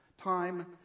Time